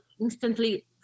instantly